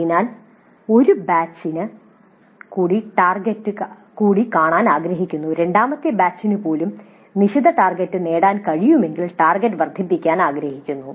അതിനാൽ നിങ്ങൾ ഒരു ബാച്ചിന് കൂടി കാണാൻ ആഗ്രഹിക്കുന്നു രണ്ടാമത്തെ ബാച്ചിന് പോലും നിശ്ചിത ടാർഗെറ്റുകൾ നേടാൻ നിങ്ങൾക്ക് കഴിയുമെങ്കിൽ ടാർഗെറ്റ് വർദ്ധിപ്പിക്കാൻ ഞങ്ങൾ ആഗ്രഹിക്കുന്നു